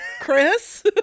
chris